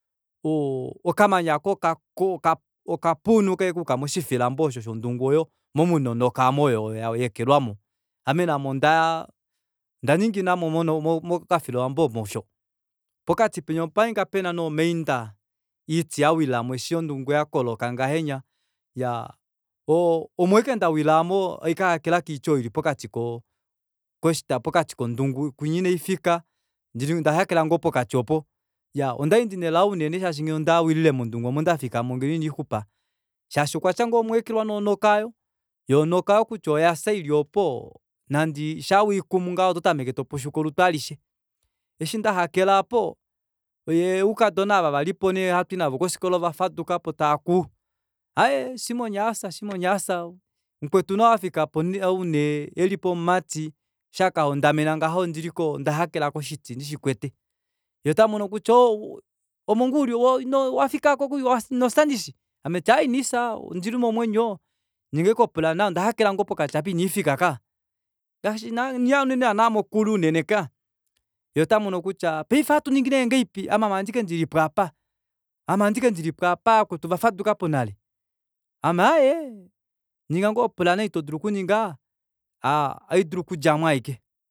Okamanya aako oka fenunuka ashike kawila moshifilambo shondungu omo muna onoka aayo yaekelwamo ame naame onda ninginamo mokafilambo omo osho pokati penya opahangika nee pena omainda oiti yawilambo eshi ondungu yakahovoloka ngahenya oo omo ashike ndawila aamo haikahakela koiti oyo ili pokati kondungu kwinya inandifika ondahakela ashike pokati kondungu oopo ondali ndina elao linene shaashi mondungu ina ndifikamo ngeno ina ndixupa shaashi okwatya ngoo omwa ekelwa nee onoka aayo yoo onoka aayo kutya oyafya ili oopo shaa wiikumu ototameke topushuka olutu aalishe eshi ndahakela aapo yee oukadona ava valipo ovafadukapo taaku aaye simono afya simono afya mukwetu nee ou elipo womumati eshi akahondamena ngaha ondahakela koshiti ndishikwete yee otamono kutya oo omongoo uli inofya ndishi aaye inandifya ondili momwenyo ninga aashike o plan ondahakela ngoo pokati aapa ina ndifika kaya iniiya ngoo unene mokule yee otamono kutya paife ohatuningi ngahalipi ame aame andike ndilipo apa ameendike ndilipo aapa vakwetu ovafadukapo nale ame aaye ninga ngoo oplan ei todulu okuninga ohandi dulu okudjamo ashike